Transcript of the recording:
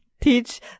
teach